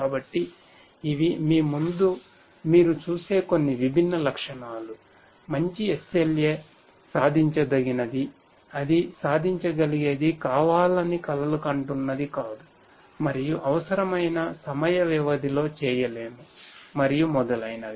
కాబట్టి ఇవి మీ ముందు మీరు చూసే కొన్ని విభిన్న లక్షణాలు మంచి SLA సాధించదగినది అది సాధించగలిగేది కావాలని కలలుకంటున్నది కాదు మరియు అవసరమైన సమయ వ్యవధిలో చేయలేము మరియు మొదలైనవి